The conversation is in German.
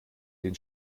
den